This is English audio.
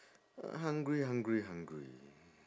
hungry hungry hungry